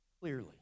clearly